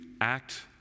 act